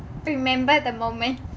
remember the moment